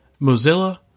Mozilla